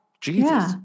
Jesus